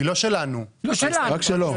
היא לא שלנו, רק שלו.